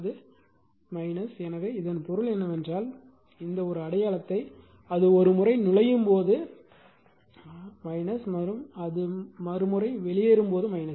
மீண்டும் அது எனவே இதன் பொருள் என்னவென்றால் இந்த ஒரு அடையாளத்தை அது ஒரு முறை நுழையும் போது அது வெளியேறும்